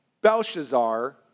Belshazzar